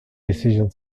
decision